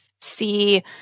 see